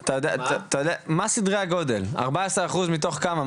מה סדרי הגודל, ארבעה עשר אחוז מתוך כמה?